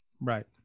Right